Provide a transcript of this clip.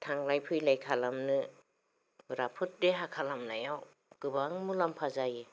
थांलाय फैलाय खालामनो राफोद देहा खालामनायाव गोबां मुलाम्फा जायो